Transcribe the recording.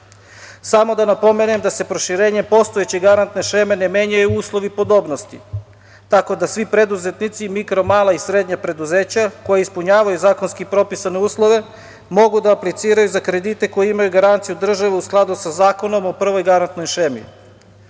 dana. Samo da napomenem da se proširenjem postojeće garantne šeme ne menjaju uslovi podobnosti, tako da svi preduzetnici, mikro, mala i srednja preduzeća koja ispunjavaju zakonski propisane uslove, mogu da apliciraju za kredite koji imaju garanciju države u skladu sa Zakonom o prvoj garantnoj šemi.